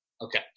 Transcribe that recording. Okay